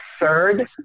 third